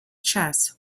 chest